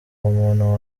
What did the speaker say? umuntu